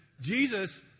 Jesus